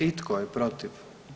I tko je protiv?